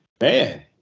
man